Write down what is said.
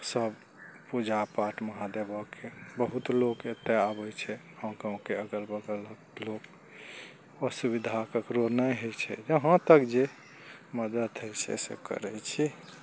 सब पूजा पाठ महादेबके बहुत लोक एतए आबै छै गाँव गाँवके अगल बगलक लोक असुबिधा ककरो नहि हइ छै जहाँ तक जे मदद होइ छै से करै छी